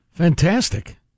fantastic